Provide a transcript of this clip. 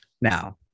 Now